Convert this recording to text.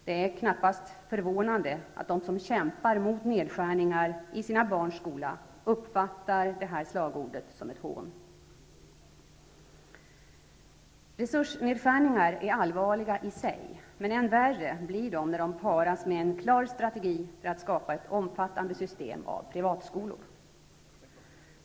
Det är knappast förvånande att de som kämpar mot nedskärningar i sina barns skola uppfattar detta slagord som ett hån! Resursnedskärningar är allvarliga i sig, men än värre blir de när de paras med en klar strategi för att skapa ett omfattande system av privatskolor.